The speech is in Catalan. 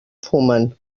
fumen